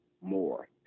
more